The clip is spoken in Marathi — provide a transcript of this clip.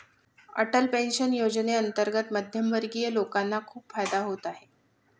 अटल पेन्शन योजनेअंतर्गत मध्यमवर्गीय लोकांना खूप फायदा होत आहे